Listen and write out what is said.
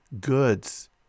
goods